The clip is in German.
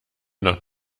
noch